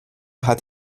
hat